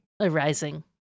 arising